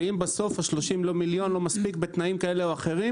שאם בסוף ה-30 מיליון לא מספיק בתנאים כאלה או אחרים